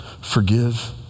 Forgive